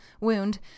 wound